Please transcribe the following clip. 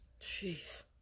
Jeez